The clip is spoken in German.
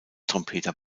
trompeter